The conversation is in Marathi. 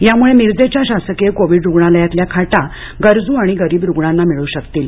त्यामुळे मिरजेच्या शासकीय कोव्हिड रुग्णालयातल्या खाटा गरजू आणि गरीब रुग्णांना मिळू शकतील